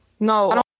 No